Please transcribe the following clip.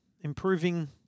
improving